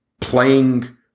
playing